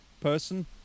person